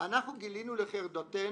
אנחנו גילינו לחרדתנו